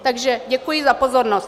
Takže děkuji za pozornost.